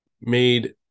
made